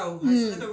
mm